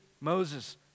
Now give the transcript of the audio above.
Moses